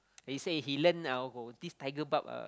he say he learn uh oh this tiger barb ah